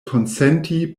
konsenti